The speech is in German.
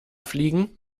fliegen